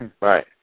Right